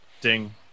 Ding